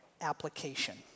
application